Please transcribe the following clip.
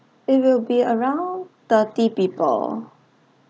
it will be around thirty people